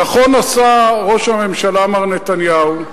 נכון עשה ראש הממשלה מר נתניהו,